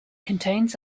contains